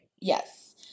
Yes